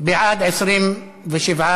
שתקבע ועדת הכנסת נתקבלה.